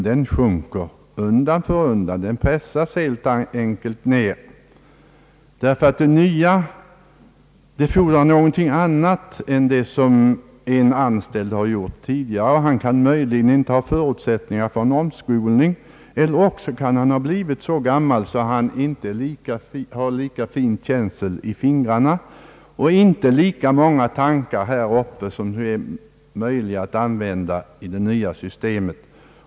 Det nya fordrar något annat av en anställd än vad han har gjort tidigare. Möjligen har han inte förutsättningar för en omskolning eller också har han blivit så gammal, att han inte har tillräckligt fin känsel i fingrarna eller tillräckligt många tankar i huvudet för att det skall räcka för det nya systemet.